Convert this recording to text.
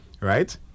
Right